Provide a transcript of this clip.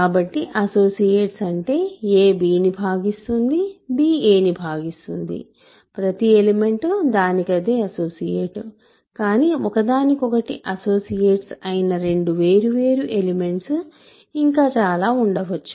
కాబట్టి అసోసియేట్స్ అంటే a అనేది b ను భాగిస్తుంది b అనేది a ని భాగిస్తుంది ప్రతి ఎలిమెంట్ దానికదే అసోసియేట్ కానీ ఒకదానికొకటి అసోసియేట్స్ అయిన రెండు వేర్వేరు ఎలిమెంట్స్ ఇంకా చాలా ఉండవచ్చు